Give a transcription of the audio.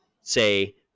say